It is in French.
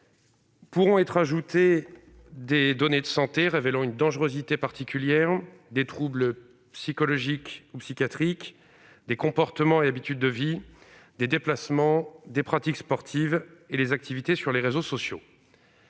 Pourront être ajoutées des « données de santé révélant une dangerosité particulière, des troubles psychologiques ou psychiatriques », des « comportements et habitudes de vie », des « déplacements », des « pratiques sportives » ou encore des « activités sur les réseaux sociaux